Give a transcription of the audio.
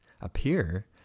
appear